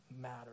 matter